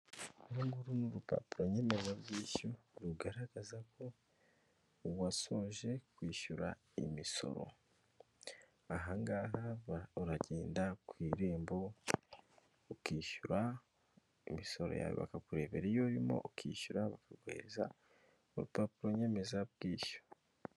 Uru nguru ni urupapuro nyemezabwishyu rugaragaza ko wasoje kwishyura imisoro. Aha ngaha uragenda ku irembo, ukishyura imisoro yawe bakakurebera iyo urimo, ukishyura bakaguhereza urupapuro nyemezabwishyu.